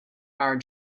are